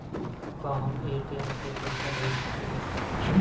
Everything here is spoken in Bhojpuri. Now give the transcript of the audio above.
का हम ए.टी.एम से पइसा भेज सकी ले?